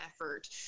effort